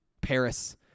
Paris